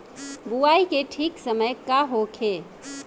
बुआई के ठीक समय का होखे?